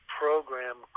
program